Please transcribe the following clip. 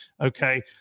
okay